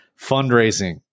fundraising